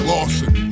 Lawson